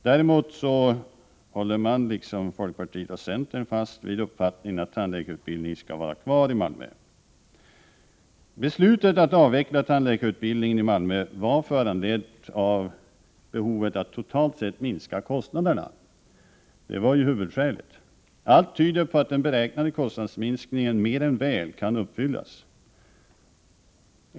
Däremot håller vpk, liksom folkpartiet och centern, fast vid uppfattningen att tandläkarutbildningen i Malmö skall vara kvar. behovet att totalt sett minska kostnaderna — det var huvudskälet. Allt tyder på att den beräknade kostnadsminskningen mer än väl kan uppfyllas.